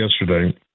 yesterday